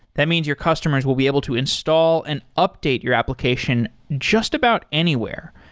that means your customers will be able to install and update your application just about anywhere.